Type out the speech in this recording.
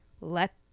let